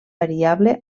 variable